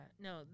no